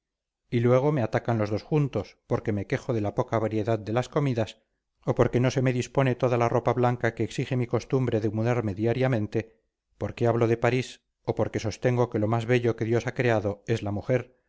y luego me atacan los dos juntos porque me quejo de la poca variedad de las comidas o porque no se me dispone toda la ropa blanca que exige mi costumbre de mudarme diariamente porque hablo de parís o porque sostengo que lo más bello que dios ha creado es la mujer